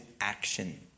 action